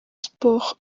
sports